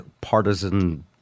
partisan